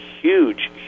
huge